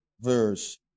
verse